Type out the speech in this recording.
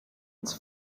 its